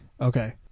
Okay